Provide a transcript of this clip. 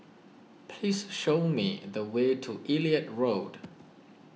please show me the way to Elliot Road